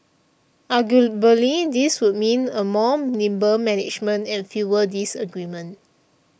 arguably this would mean a more nimble management and fewer disagreements